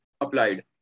applied